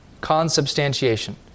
consubstantiation